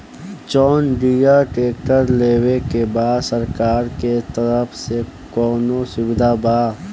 John Deere tractor लेवे के बा सरकार के तरफ से कौनो सुविधा बा?